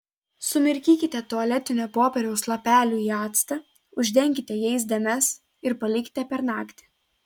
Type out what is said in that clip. sumirkykite tualetinio popieriaus lapelių į actą uždenkite jais dėmes ir palikite per naktį